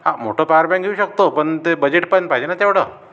हा मोठं power bank घेऊ शकतो पण ते बजेट पण पाहिजे ना तेवढं